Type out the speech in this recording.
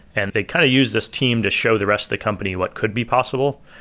and they kind of use this team to show the rest of the company what could be possible.